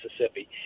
Mississippi